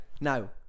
Now